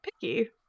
Picky